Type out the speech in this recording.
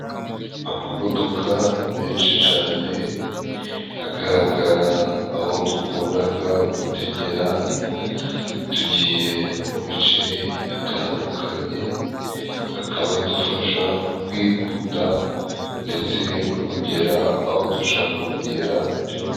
Amamodoka menshi cane agaragara aho dukundaga gutegera, tugiye mu bice bitandukanye, akaba adufashaga kwihuta ndetse no kugera aho dushaka kugera byoroshye.